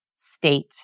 state